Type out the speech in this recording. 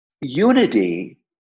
unity